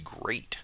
great